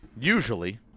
Usually